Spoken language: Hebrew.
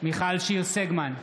מיכל שיר סגמן,